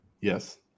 Yes